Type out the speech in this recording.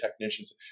technicians